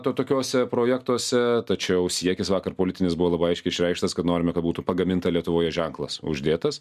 to tokiuose projektuose tačiau siekis vakar politinis buvo labai aiškiai išreikštas kad norime kad būtų pagaminta lietuvoje ženklas uždėtas